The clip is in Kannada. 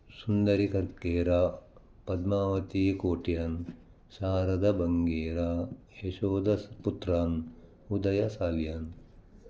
ಸುಂದರಿ ಕರ್ಕೇರ ಪದ್ಮಾವತಿ ಕೋಟ್ಯಾನ್ ಶಾರದ ಬಂಗೇರ ಯಶೋಧ ಸ್ ಪುತ್ರನ್ ಉದಯ ಸಾಲಿಯಾನ್